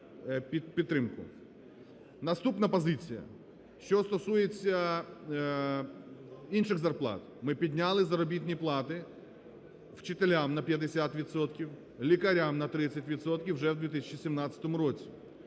Наступна позиція. Що стосується інших зарплат. Ми підняли заробітні плати вчителям на 50 відсотків, лікарям на 30 відсотків вже в 2017 році.